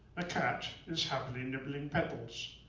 a cat is happily nibbling petals.